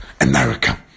America